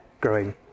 growing